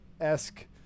esque